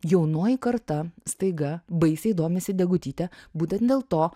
jaunoji karta staiga baisiai domisi degutyte būtent dėl to